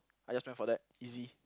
I just went for that easy